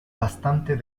bastante